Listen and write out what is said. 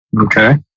Okay